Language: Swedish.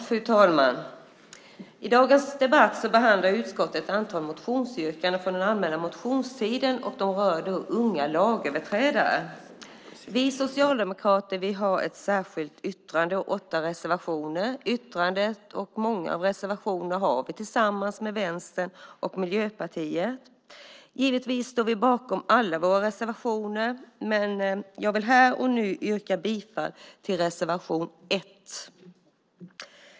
Fru talman! I dagens debatt behandlar utskottet ett antal motionsyrkanden från den allmänna motionstiden om unga lagöverträdare. Vi socialdemokrater har ett särskilt yttrande och åtta reservationer. Yttrandet och många av reservationerna har vi tillsammans med Vänstern och Miljöpartiet. Givetvis står vi bakom alla våra reservationer, men jag vill här och nu yrka bifall till reservation 1.